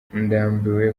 ndambiwe